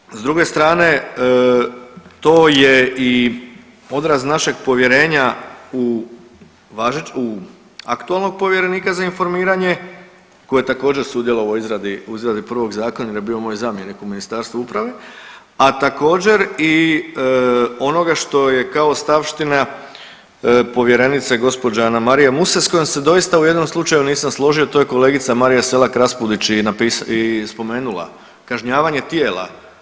Međutim, s druge strane to je i odraz našeg povjerenja u aktualnog povjerenika za informiranje koji je također sudjelovao u izradi prvog zakona jer je bio moj zamjenik u Ministarstvu uprave, a također i onoga što je kao ostavština povjerenice gospođe Anamarije Muse s kojom se doista u jednom slučaju nisam složio, to je kolegica Marija Selak Raspudić i spomenula, kažnjavanje tijela.